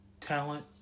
talent